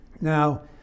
Now